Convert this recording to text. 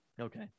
okay